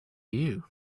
you